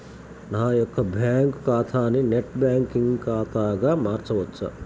నా యొక్క బ్యాంకు ఖాతాని నెట్ బ్యాంకింగ్ ఖాతాగా మార్చవచ్చా?